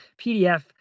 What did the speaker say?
PDF